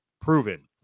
proven